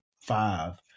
five